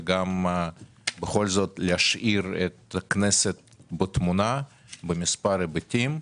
ובכל זאת משאיר את הכנסת בתמונה במספר היבטים.